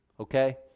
Okay